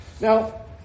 Now